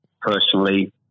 personally